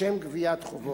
לשם גביית חובות.